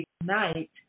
ignite